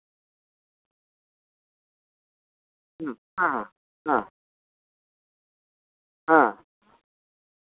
ᱦᱩᱸ ᱦᱮᱸ ᱦᱮᱸ ᱦᱮᱸ ᱦᱮᱸ